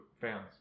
fans